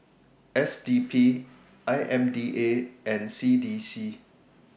S D P I M D A and C D C